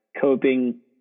coping